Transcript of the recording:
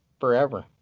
forever